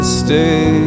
stay